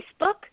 Facebook